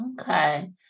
Okay